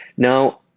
now,